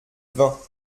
vingt